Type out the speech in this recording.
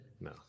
No